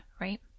right